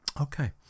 Okay